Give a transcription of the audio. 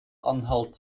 anhalt